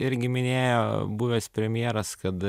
irgi minėjo buvęs premjeras kad